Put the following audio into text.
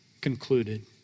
concluded